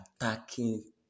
attacking